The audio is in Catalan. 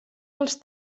dels